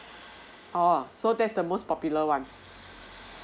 orh so that's the most popular one